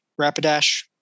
Rapidash